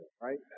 right